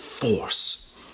force